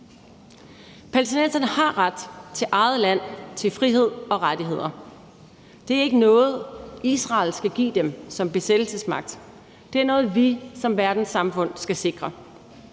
Palæstinenserne har ret til eget land, til frihed og rettigheder. Det er ikke noget, Israel skal give dem som besættelsesmagt. Det er noget, vi som verdenssamfund skal sikre.